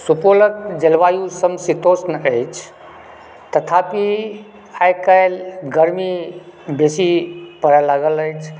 सुपौलके जलवायु समशीतोष्ण अछि तथापि आइकाल्हि गरमी बेसी पड़ऽलागल अछि